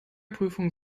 prüfung